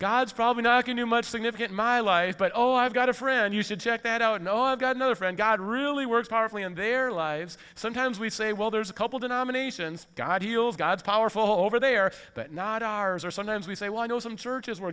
god's probably not going to much significant my life but oh i've got a friend you should check that out no i've got another friend god really works powerfully in their lives sometimes we say well there's a couple denominations god heals god's powerful over there but not ours or sometimes we say well i know some churches were